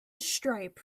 stripe